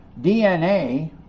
DNA